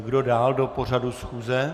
Kdo dále do pořadu schůze?